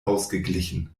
ausgeglichen